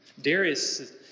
Darius